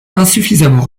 insuffisamment